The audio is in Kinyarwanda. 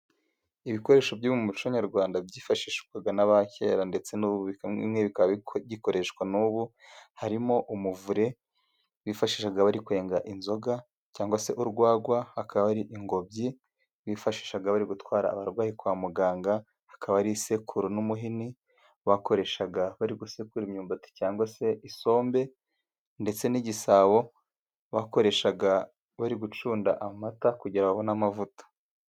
Ibikoresho byo mu muco nyarwanda byifashishwaga n'abakera ndetse n'ubu bikaba bigikoreshwa n'ubu, harimo umuvure bifashishaga bari kwenga inzoga cyangwa se urwagwa, hakaba ari ingobyi bifashishaga bari gutwara abarwayi kwa muganga, hakaba ari isekuru n'umuhini bakoreshaga bari gusegura imyumbati cyangwa se isombe, ndetse n'igisabo bakoreshaga bari gucunda amata kugira ngo babone amavuta.